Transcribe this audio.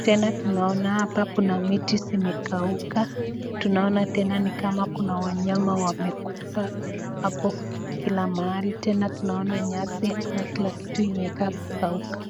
Tena tunaona hapa kuna miti zimekauka. Tunaona tena ni kama kuna wanyama wamekufa hapo kila mahali. Tena tunaona nyasi ama kila kitu imekaa kukauka.